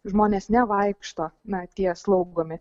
žmonės nevaikšto na tie slaugomi